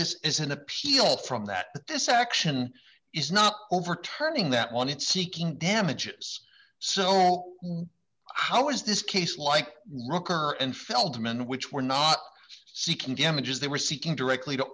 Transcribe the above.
this is an appeal from that this action is not overturning that one it's seeking damages so how is this case like rocker and feldman which were not seeking damages they were seeking directly to